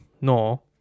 No